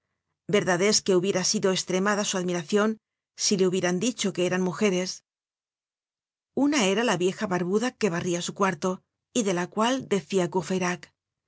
es que hubiera sido estremada su admiracion si le hubieran dicho que eran mujeres una era la vieja barbuda que barria su cuarto y de la cual decia